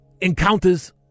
encounters